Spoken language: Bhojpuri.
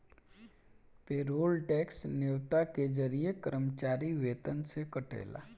पेरोल टैक्स न्योता के जरिए कर्मचारी वेतन से कटेला